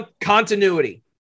Continuity